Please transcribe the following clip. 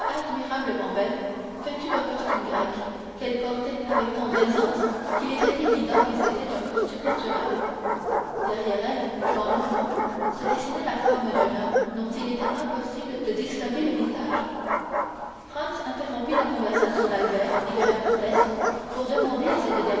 admirablement belle vêtue d'un costume grec qu'elle portait avec tant d'aisance qu'il était évident que c'était son costume naturel derrière elle dans l'ombre se dessinait la forme d'un homme dont il était impossible de distinguer le visage franz interrompit la conversation d'albert et de la comtesse pour demander à cette